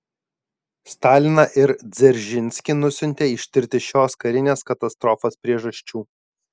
staliną ir dzeržinskį nusiuntė ištirti šios karinės katastrofos priežasčių